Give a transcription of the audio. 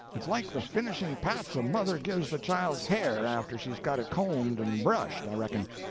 it's like the finishing pats a mother gives the child's hair after she's got it combed and brushed, i reckon.